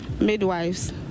Midwives